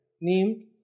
named